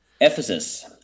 Ephesus